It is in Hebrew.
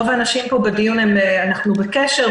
רוב האנשים פה בדיון אנחנו בקשר,